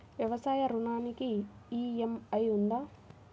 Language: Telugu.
వ్యవసాయ ఋణానికి ఈ.ఎం.ఐ ఉందా?